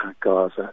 Gaza